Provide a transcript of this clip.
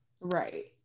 Right